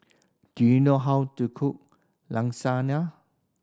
do you know how to cook Lasagne